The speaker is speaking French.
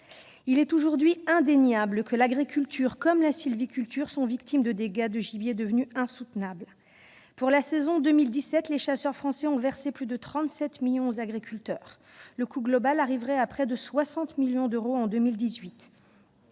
C'est aujourd'hui indéniable, l'agriculture comme la sylviculture sont les victimes des dégâts de gibier, devenus insoutenables. Pour la saison de 2017, les chasseurs français ont versé plus de 37 millions d'euros aux agriculteurs, et le coût global atteindrait près de 60 millions d'euros en 2018.